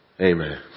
Amen